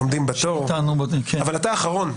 עומדים בתור, אבל אתה אחרון.